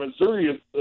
Missouri